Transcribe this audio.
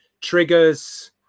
triggers